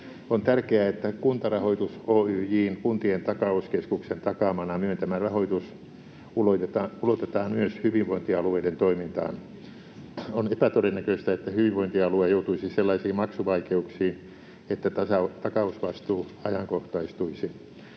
On tärkeää, että Kuntarahoitus Oyj:n Kuntien takauskeskuksen takaamana myöntämä rahoitus ulotetaan myös hyvinvointialueiden toimintaan. On epätodennäköistä, että hyvinvointialue joutuisi sellaisiin maksuvaikeuksiin, että takausvastuu ajankohtaistuisi.